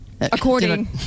According